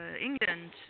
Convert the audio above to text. England